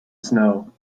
snow